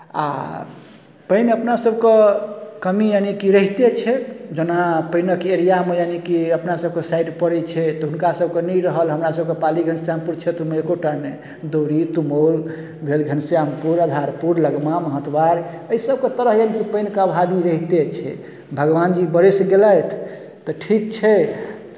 आ पानि अपनासभकेँ कमी यानिकि रहिते छै जेना पानिक एरियामे यानिकि अपनासभके साइड पड़ै छै तऽ हुनकासभके नहि रहल हमरासभके पाली घनश्यामपुर क्षेत्रमे एकोटा नहि दौरी तुमौल भेल घनश्यामपुर आधारपुर लगमा महतबार एहिसभके तरफ यानि पानिके अभावी रहिते छै भगवानजी बरसि गेलथि तऽ ठीक छै